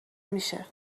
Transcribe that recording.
میشه